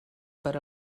per